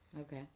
Okay